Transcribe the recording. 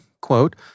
Quote